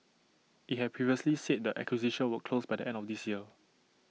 IT had previously said the acquisition would close by the end of this year